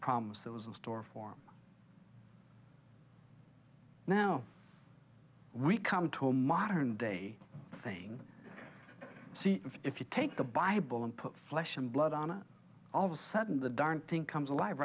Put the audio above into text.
promise that was in store for me now we come to a modern day thing see if you take the bible and put flesh and blood on it all of a sudden the darned thing comes alive